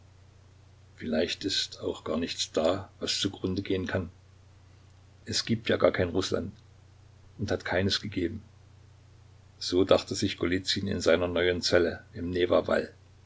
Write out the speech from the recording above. vielleicht ist auch gar nichts da was zugrunde gehen kann es gibt ja gar kein rußland und hat keines gegeben so dachte sich golizyn in seiner neuen zelle im